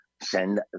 send